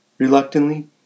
Reluctantly